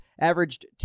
averaged